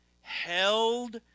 held